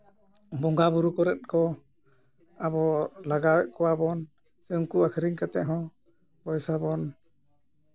ᱵᱚᱸᱜᱟᱼᱵᱩᱨᱩ ᱠᱚᱨᱮᱫ ᱠᱚ ᱟᱵᱚ ᱞᱟᱜᱟᱣᱮᱫ ᱠᱚᱣᱟ ᱵᱚᱱ ᱥᱮ ᱩᱱᱠᱩ ᱟᱹᱠᱷᱨᱤᱧ ᱠᱟᱛᱮᱫ ᱦᱚᱸ ᱯᱚᱭᱥᱟᱵᱚᱱ